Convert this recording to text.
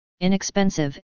inexpensive